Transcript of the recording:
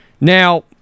Now